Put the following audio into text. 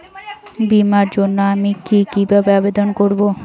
বিমার জন্য আমি কি কিভাবে আবেদন করব?